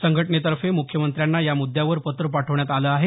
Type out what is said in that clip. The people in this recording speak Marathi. संघटनेतर्फे मुख्यमंत्र्यांना या मुद्दावर पत्र पाठवण्यात आलं आहे